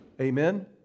Amen